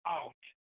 out